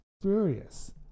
furious